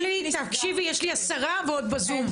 שולי תקשיבי, יש לי עשרה ועוד בזום.